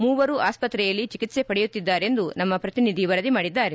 ಮೂವರು ಆಸ್ಪತ್ರೆಯಲ್ಲಿ ಚಿಕಿತ್ಸೆ ಪಡೆಯುತ್ತಿದ್ದಾರೆಂದು ನಮ್ನ ಪ್ರತಿನಿಧಿ ವರದಿ ಮಾಡಿದ್ದಾರೆ